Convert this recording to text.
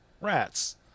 rats